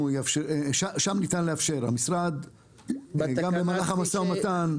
שם ניתן לאפשר, המשרד גם במהלך המשא ומתן.